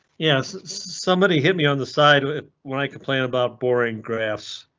yes, somebody hit me on the side with when i complain about boring graphs.